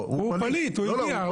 הוא פליט, הוא הגיע.